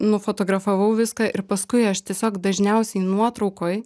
nufotografavau viską ir paskui aš tiesiog dažniausiai nuotraukoj